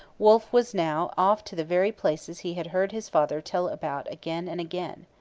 wolfe was now off to the very places he had heard his father tell about again and again.